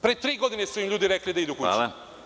Pre tri godine su im ljudi rekli da idu kući.